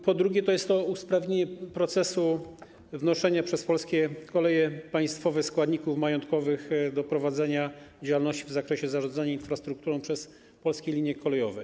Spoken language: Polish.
Po drugie, jest to usprawnienie procesu wnoszenia przez Polskie Koleje Państwowe składników majątkowych do prowadzenia działalności w zakresie zarządzania infrastrukturą przez Polskie Linie Kolejowe.